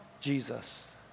Jesus